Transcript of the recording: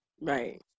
Right